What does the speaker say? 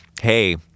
hey